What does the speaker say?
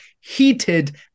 heated